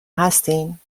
هستین